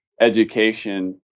education